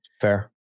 fair